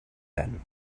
then